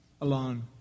Alone